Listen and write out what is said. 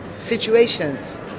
situations